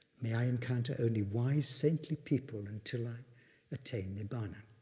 may i encounter only wise, saintly people until i attain nibbana.